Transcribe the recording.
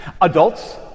Adults